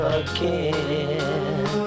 again